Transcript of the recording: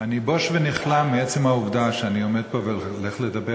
אני בוש ונכלם מעצם העובדה שאני עומד פה והולך לדבר